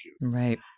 Right